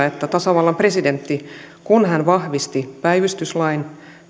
että tasavallan presidentti kun hän vahvisti päivystyslain